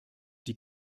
die